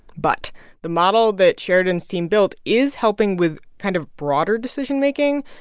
but the model that sheridan's team built is helping with kind of broader decision-making.